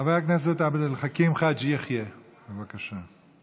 חבר הכנסת עבד אל חכים חאג' יחיא, בבקשה.